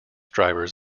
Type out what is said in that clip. drivers